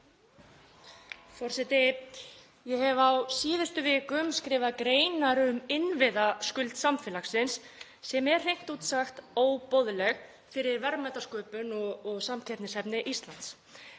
Forseti. Ég hef á síðustu vikum skrifað greinar um innviðaskuld samfélagsins sem er hreint út sagt óboðleg fyrir verðmætasköpun og samkeppnishæfni Íslands.